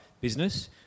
business